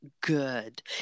good